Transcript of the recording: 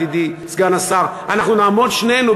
ידידי סגן השר: אנחנו נעמוד שנינו,